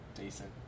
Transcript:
decent